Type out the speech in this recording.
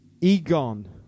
Egon